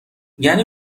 یعنی